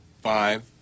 Five